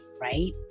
right